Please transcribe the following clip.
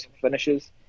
finishes